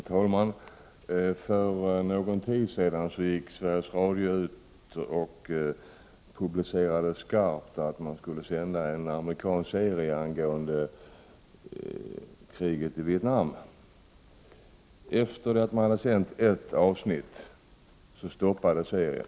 Herr talman! För någon tid sedan gick Sveriges Radio ut och framhöll skarpt att man skulle sända en amerikansk serie om kriget i Vietnam. Sedan ett avsnitt hade sänts stoppades serien.